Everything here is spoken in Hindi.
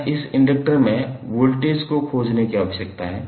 हमें उस इंडक्टर में वोल्टेज को खोजने की आवश्यकता है